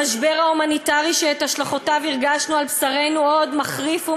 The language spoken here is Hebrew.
המשבר ההומניטרי שאת השלכותיו הרגשנו על בשרנו עוד מחריף ומחריף.